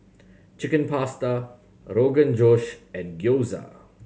Chicken Pasta Rogan Josh and Gyoza